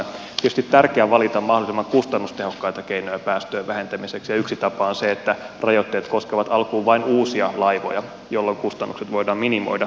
tietysti on tärkeää valita mahdollisimman kustannustehokkaita keinoja päästöjen vähentämiseksi ja yksi tapa on se että rajoitteet koskevat alkuun vain uusia laivoja jolloin kustannukset voidaan minimoida